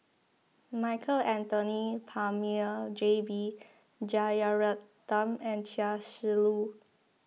Michael Anthony Palmer J B Jeyaretnam and Chia Shi Lu